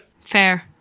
Fair